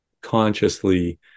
consciously